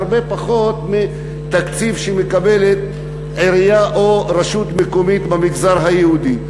הרבה פחות מהתקציב שמקבלת עירייה או רשות מקומית במגזר היהודי.